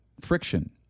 Friction